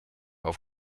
auf